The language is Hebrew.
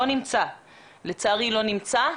לצערי לא נמצא.